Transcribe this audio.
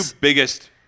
biggest